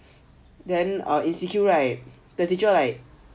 then err in C_Q right the teacher like